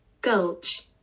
Gulch